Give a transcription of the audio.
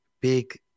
big